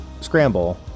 scramble